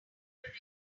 people